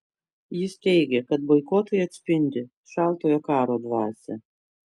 jis teigė kad boikotai atspindi šaltojo karo dvasią